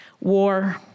war